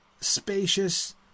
spacious